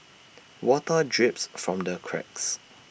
water drips from the cracks